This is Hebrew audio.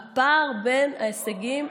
הפער בין ההישגים,